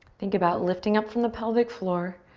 think about lifting up from the pelvic floor.